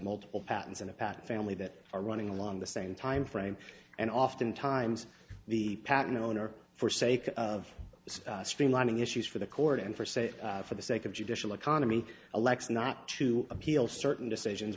multiple patents in a patent family that are running along the same timeframe and often times the patent owner for sake of streamlining issues for the court and for say for the sake of judicial economy aleck's not to appeal certain decisions